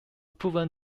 proven